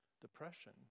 depression